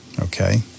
Okay